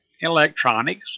electronics